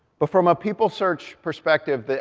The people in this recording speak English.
but from a people search perspective,